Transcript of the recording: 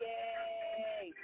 Yay